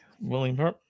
William